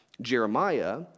Jeremiah